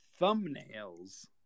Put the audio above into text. thumbnails